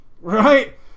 right